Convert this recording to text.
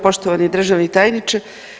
Poštovani državni tajniče.